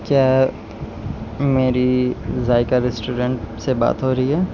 کیا میری ذائقہ ریسٹورنٹ سے بات ہو رہی ہے